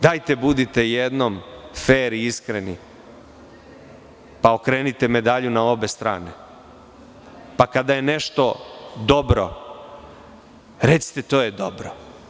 Dajte, budite jednom fer i iskreni i okrenite medalju na obe strane, pa kada je nešto dobro, recite – to je dobro.